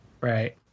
Right